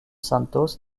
santos